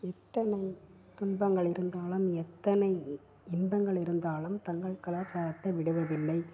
இத்தனை துன்பங்கள் இருந்தாலும் எத்தனை இன்பங்கள் இருந்தாலும் தங்கள் கலாச்சாரத்தை விடுவதில்லை